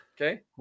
Okay